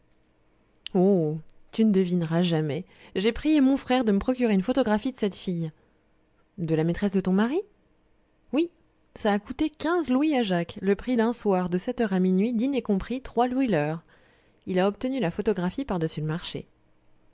tu ne devinerais jamais j'ai prié mon frère de me procurer une photographie de cette fille de la maîtresse de ton mari oui ça a coûté quinze louis à jacques le prix d'un soir de sept heures à minuit dîner compris trois louis l'heure il a obtenu la photographie par-dessus le marché